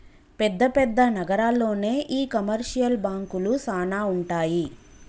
పెద్ద పెద్ద నగరాల్లోనే ఈ కమర్షియల్ బాంకులు సానా ఉంటాయి